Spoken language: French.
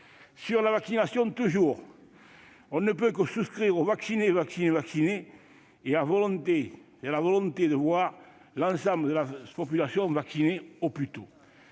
Sur la vaccination, toujours, on ne peut que souscrire au « Vacciner, vacciner, vacciner » et à la volonté de voir l'ensemble de la population vaccinée au plus tôt.